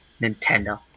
Nintendo